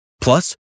Plus